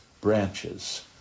branches